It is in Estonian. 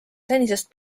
senisest